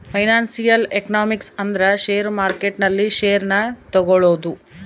financial economics ಅಂದ್ರ share market ನಲ್ಲಿ share ನ ತಗೋಳೋದು